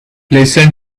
listen